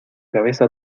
cabeza